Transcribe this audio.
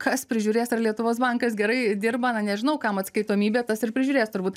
kas prižiūrės ar lietuvos bankas gerai dirba na nežinau kam atskaitomybė tas ir prižiūrės turbūt